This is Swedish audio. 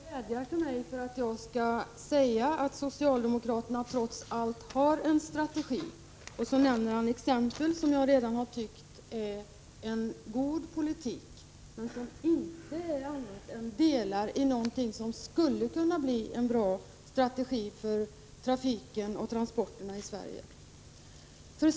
Herr talman! Kurt Hugosson vädjar till mig att jag skall säga att socialdemokraterna trots allt har en strategi, och så nämner han exempel som jag redan har tyckt är en god politik men som inte är annat än delar av någonting som skulle kunna bli en bra strategi för trafiken och transporterna i Sverige.